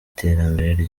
iterambere